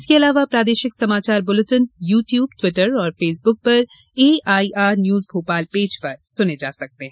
इसके अलावा प्रादेशिक समाचार बुलेटिन यू ट्यूब टिवटर और फेसबुक पर एआईआर न्यूज भोपाल पेज पर सुने जा सकते हैं